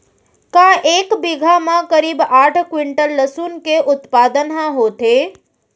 का एक बीघा म करीब आठ क्विंटल लहसुन के उत्पादन ह होथे?